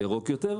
הירוק יותר.